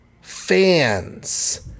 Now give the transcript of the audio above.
fans